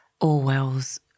Orwell's